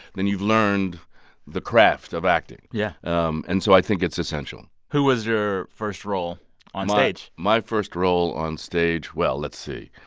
then you've learned the craft of acting yeah um and so i think it's essential who was your first role onstage? my first role onstage well, let's see.